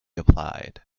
applied